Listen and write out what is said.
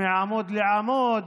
מעמוד לעמוד,